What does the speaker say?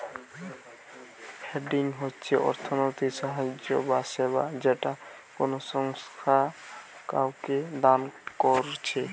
funding হচ্ছে অর্থনৈতিক সাহায্য বা সেবা যেটা কোনো সংস্থা কাওকে দান কোরছে